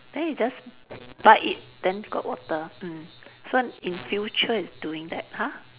then you just bite it then got water mm so in future it's doing that !huh!